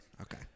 Okay